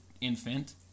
infant